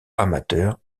amateur